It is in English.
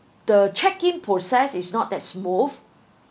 the check in process is not that smooth